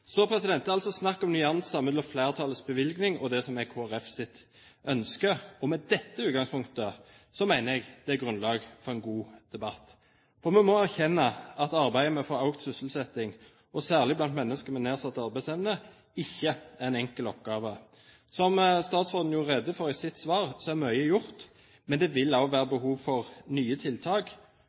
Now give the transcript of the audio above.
Det er altså snakk om nyanser mellom flertallets bevilgning og det som er Kristelig Folkepartis ønske. Med dette utgangspunktet mener jeg det er grunnlag for en god debatt. For vi må erkjenne at arbeidet med å få økt sysselsettingen, og særlig blant mennesker med nedsatt arbeidsevne, ikke er en enkel oppgave. Som statsråden gjorde rede for i sitt svar, er mye gjort, men det vil også være behov for nye tiltak,